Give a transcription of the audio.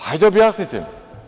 Hajde, objasnite mi.